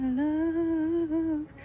love